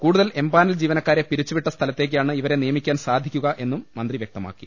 കൂടുതൽ empanel ജീവനക്കാരെ പിരിച്ചുവിട്ട സ്ഥലത്തേക്കാണ് ഇവരെ നിയമിക്കാൻ സാധിക്കൂ എന്ന് മന്ത്രി വൃക്തമാക്കി